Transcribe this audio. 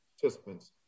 participants